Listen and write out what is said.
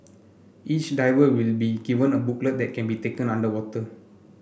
each diver will be given a booklet that can be taken underwater